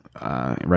right